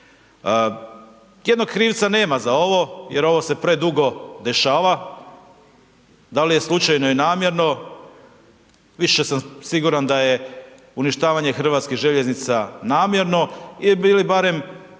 Jednog krivca nema za ovo jer ovo se predugo dešava. Da li je slučajno ili namjerno, više sam siguran da je uništavanje HŽ namjerno ili barem